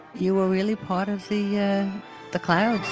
you were really part of the yeah the clouds.